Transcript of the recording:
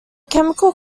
chemical